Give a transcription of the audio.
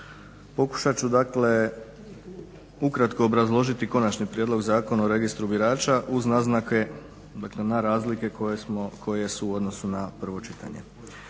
pokušat ću ukratko obrazložiti Konačni prijedlog zakona o registru birača uz naznake dakle na razlike koje su u odnosu na prvo čitanje.